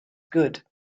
good